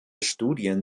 studien